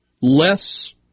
less